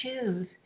choose